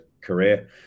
career